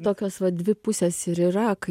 tokios va dvi pusės ir yra kai